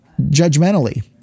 judgmentally